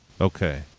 Okay